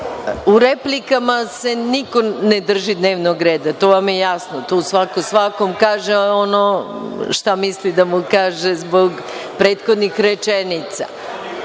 replikama se niko ne drži dnevnog reda. To vam je jasno. Tu svako svakom kaže ono šta misli da mu kaže zbog prethodnih rečenica.